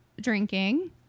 drinking